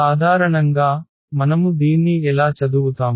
సాధారణంగా మనము దీన్ని ఎలా చదువుతాము